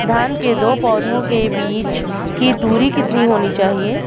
धान के दो पौधों के बीच की दूरी कितनी होनी चाहिए?